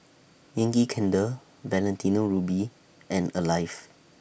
Yankee Candle Valentino Ruby and Alive